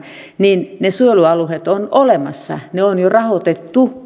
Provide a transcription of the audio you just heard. niin ne suojelualueet ovat olemassa ne on